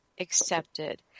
accepted